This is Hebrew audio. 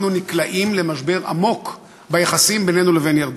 אנחנו נקלעים למשבר עמוק ביחסים בינינו לבין ירדן.